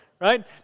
right